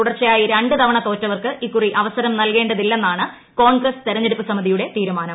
തുടർച്ചയായി രണ്ട് തവണ തോറ്റവർക്ക് ഇക്കുറി അവസരം നൽകേണ്ടതില്ലെന്നാണ് കോൺഗ്രസ് തെരഞ്ഞെടുപ്പ് സമിതിയുടെ തീരുമാനം